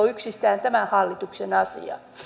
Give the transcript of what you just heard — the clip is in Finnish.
yksistään tämän hallituksen asia